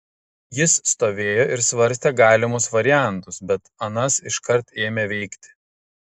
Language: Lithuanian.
jis stovėjo ir svarstė galimus variantus bet anas iškart ėmė veikti